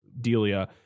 delia